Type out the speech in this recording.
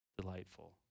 delightful